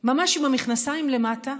ממש עם המכנסיים למטה,